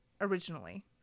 originally